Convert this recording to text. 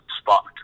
spot